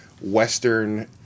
western